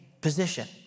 position